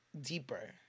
deeper